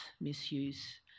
misuse